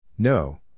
No